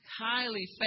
highly